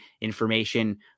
information